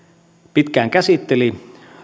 pitkään käsitteli